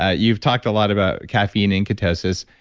ah you've talked a lot about caffeine in ketosis.